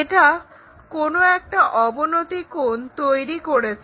এটা কোনো একটা অবনতি কোণ তৈরি করেছে